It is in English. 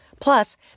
Plus